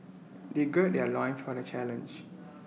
they gird their loins for the challenge